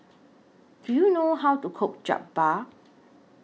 Do YOU know How to Cook Jokbal